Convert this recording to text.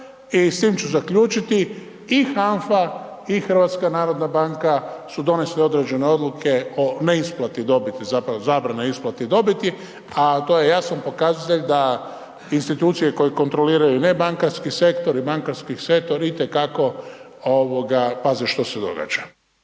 i s tim ću zaključiti. I HANFA i HNB su donijele određene odluke o neisplati dobiti, zapravo zabrani isplate dobiti, a to je jasan pokazatelj da institucije koje kontroliraju nebankarski sektor i bankarski sektor itekako paze što se događa.